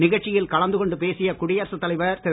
நிகழ்ச்சியில் கலந்து கொண்டு பேசிய குடியரசு தலைவர் திரு